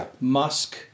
Musk